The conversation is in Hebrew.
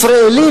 ישראלית,